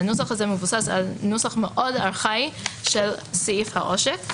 הנוסח הזה מבוסס על נוסח מאוד ארכאי של סעיף העושק.